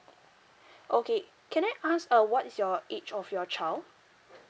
okay can I ask uh what is your age of your child